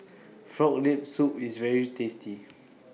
Frog Leg Soup IS very tasty